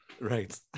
right